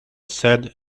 said